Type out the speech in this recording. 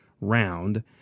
round